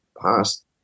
past